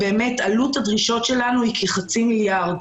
עלות הדרישות שלנו היא חצי מיליארד.